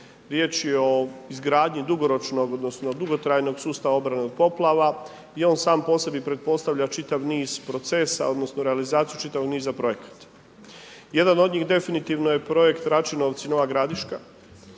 Riječ je o izgradnji dugoročnog, odnosno dugotrajnog sustava obrane od poplava i on sam po sebi pretpostavlja čitav niz procesa, odnosno realizaciju čitavog niza projekata. Jedan od njih definitivno je projekt Račinovci-Nova Gradiška.